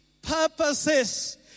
purposes